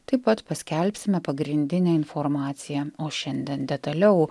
taip pat paskelbsime pagrindinę informaciją o šiandien detaliau